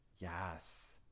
Yes